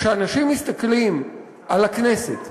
כשאנשים מסתכלים על הכנסת,